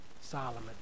Solomon